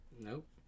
Nope